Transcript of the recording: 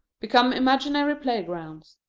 become imaginary playgrounds.